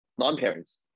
non-parents